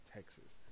Texas